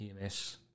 EMS